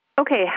Okay